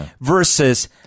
versus